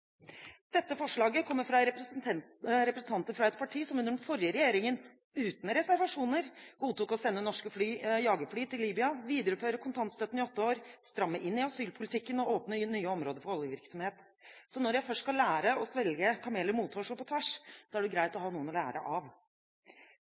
Dette forslaget kommer fra representanter fra et parti som under den forrige regjeringen uten reservasjoner godtok å sende norske jagerfly til Libya, videreføre kontantstøtten i åtte år, stramme inn i asylpolitikken og åpne nye områder for oljevirksomhet. Så når jeg først skal lære å svelge kameler mothårs og på tvers, er det greit å